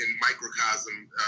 microcosm